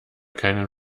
keinen